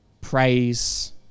praise